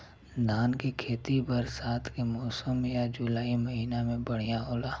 धान के खेती बरसात के मौसम या जुलाई महीना में बढ़ियां होला?